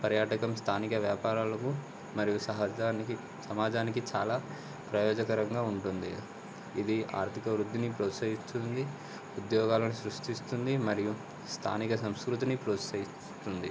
పర్యాటకం స్థానిక వ్యాపారాలకు మరియు సహజానికి సమాజానికి చాలా ప్రయోజకరంగా ఉంటుంది ఇది ఆర్థిక వృద్ధిని ప్రోత్సహిస్తుంది ఉద్యోగాలను సృష్టిస్తుంది మరియు స్థానిక సంస్కృతిని ప్రోత్సహిస్తుంది